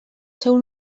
seu